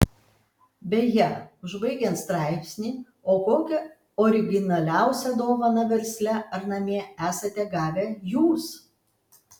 beje užbaigiant straipsnį o kokią originaliausią dovaną versle ar namie esate gavę jūs